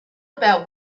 about